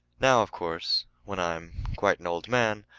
now of course, when i am quite an old man,